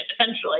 essentially